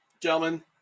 Gentlemen